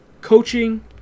coaching